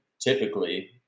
typically